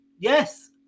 Yes